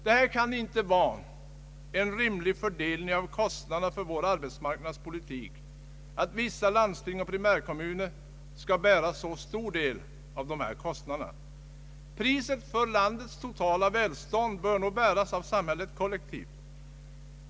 Det kan inte vara en rimlig fördelning av kostnaderna för vår arbetsmarknadspolitik att vissa landsting och primärkommuner skall bära så stor del. Priset för landets totala välstånd bör bäras av samhället kollektivt.